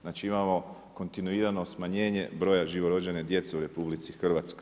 Znači imamo kontinuirano smanjenje broja živo rođene djece u RH.